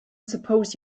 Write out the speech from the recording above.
suppose